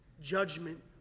Judgment